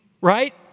Right